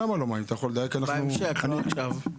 בהמשך, לא עכשיו.